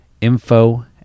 info